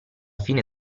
fine